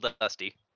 dusty